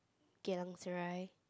Geylang-Serai